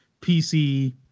PC